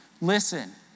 Listen